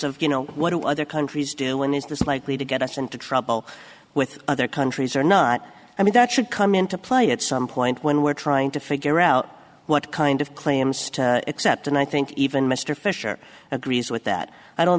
of you know what do other countries do when is this likely to get us into trouble with other countries or not i mean that should come into play at some point when we're trying to figure out what kind of claims to accept and i think even mr fisher agrees with that i don't